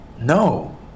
No